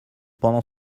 pendant